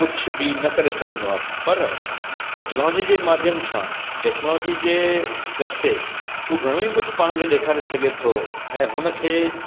कुझ बि न करे सघंदो आ्हे पर टैक्नोलॉजी जे माध्यम सां टैक्नोलॉजी जे रस्ते उहो घणो ई कुझु पाण खे ॾेखारे सघे थो ऐं हुन खे